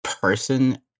person